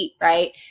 right